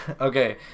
Okay